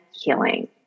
healing